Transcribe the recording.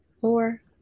four